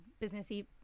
businessy